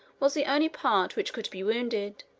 was the only part which could be wounded.